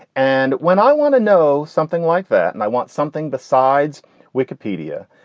and when i want to know something like that and i want something besides wikipedia,